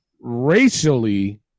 racially